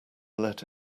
let